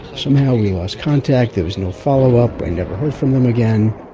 somehow we lost contact, there was no follow-up, i never heard from them again.